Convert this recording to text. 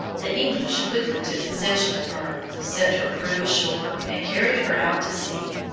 the english quickly took possession of her, set her crew ashore, and carried her out to sea.